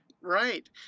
right